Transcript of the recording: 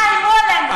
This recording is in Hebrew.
אל תאיימו עלינו.